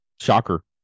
Shocker